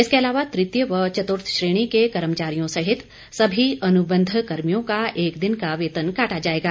इसके अलावा तृतीय व चतुर्थ श्रेणी के कर्मचारियों सहित समी अनुबंध कर्मियों का एक दिन का वेतन काटा जाएगा